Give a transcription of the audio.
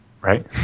Right